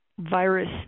Virus